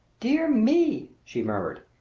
dear me! she murmured.